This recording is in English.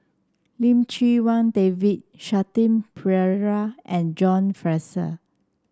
Lim Chee Wai David Shanti Pereira and John Fraser